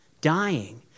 dying